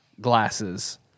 glasses